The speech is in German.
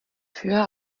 höher